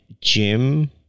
Jim